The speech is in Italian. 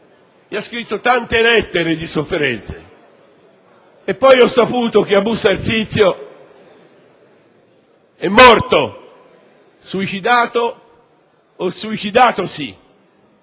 Ha scritto tante lettere di sofferenza, poi ho saputo che a Busto Arsizio è morto suicidato o suicidatosi: